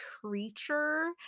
creature